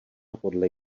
podle